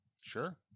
Sure